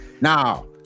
now